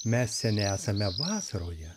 mes nesame vasaroje